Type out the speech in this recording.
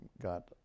got